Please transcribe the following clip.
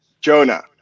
Jonah